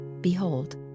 behold